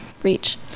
reach